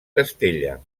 castella